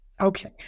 okay